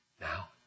now